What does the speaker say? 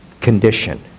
condition